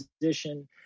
position